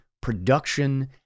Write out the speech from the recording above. production